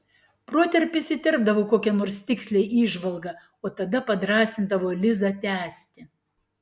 protarpiais įterpdavo kokią nors tikslią įžvalgą o tada padrąsindavo lizą tęsti